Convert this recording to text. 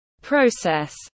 process